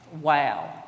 Wow